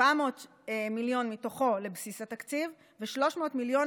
700 מיליון מתוכו לבסיס התקציב ו-300 מיליון